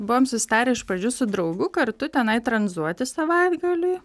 buvom susitarę iš pradžių su draugu kartu tenai tranzuoti savaitgalį